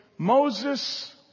Moses